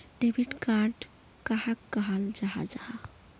Debit card कहाक कहाल जाहा जाहा?